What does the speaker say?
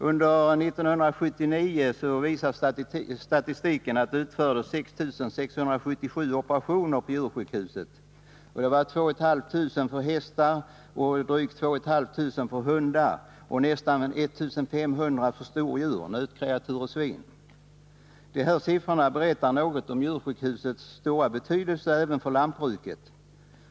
Under 1979 utfördes 6 677 operationer på djursjukhuset, varav 2 547 på hästar, 2 642 på hundar och nästan 1 500 på stordjur, nötkreatur och svin. De här siffrorna berättar något om djursjukhusets stora betydelse även för lantbruket.